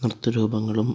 നൃത്ത രൂപങ്ങളും